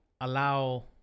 allow